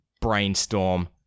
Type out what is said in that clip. Brainstorm